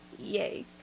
yay